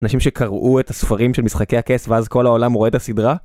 אנשים שקראו את הספרים של משחקי הכס ואז כל העולם רואה את הסדרה?